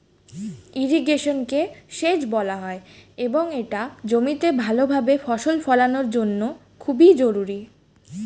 ইরিগেশনকে সেচ বলা হয় এবং এটা জমিতে ভালোভাবে ফসল ফলানোর জন্য খুবই জরুরি